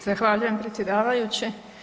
Zahvaljujem predsjedavajući.